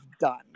done